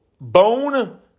bone